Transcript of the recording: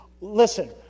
listen